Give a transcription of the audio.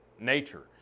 nature